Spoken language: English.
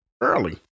early